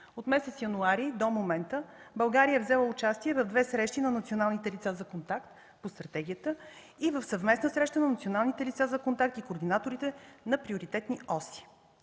От месец януари до момента България е взела участие в две срещи на националните лица за контакт по стратегията и в съвместна среща на националните лица за контакт и координаторите на приоритетни оси.